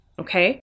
okay